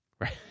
Right